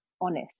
honest